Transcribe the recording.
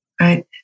right